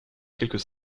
quelques